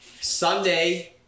Sunday